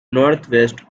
northwest